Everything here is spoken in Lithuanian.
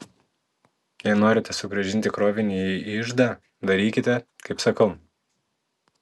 jei norite sugrąžinti krovinį į iždą darykite kaip sakau